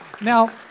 Now